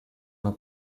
una